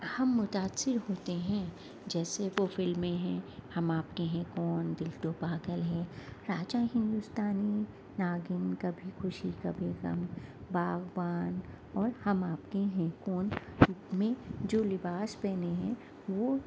ہم متأثر ہوتے ہیں جیسے وہ فلمیں ہیں ہم آپ کے ہیں کون دل تو پاگل ہے راجہ ہندوستانی ناگن کبھی خوشی کبھی غم باغبان اور ہم آپ کے ہیں کون میں جو لباس پہنے ہیں وہ